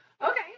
okay